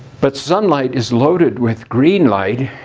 but sunlight is loaded with green light.